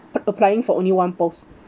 applying for only one post